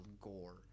gore